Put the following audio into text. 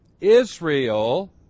Israel